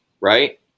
right